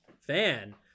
fan